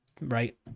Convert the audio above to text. Right